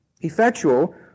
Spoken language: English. effectual